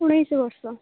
ଉଣେଇଶି ବର୍ଷ